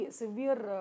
severe